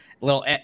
little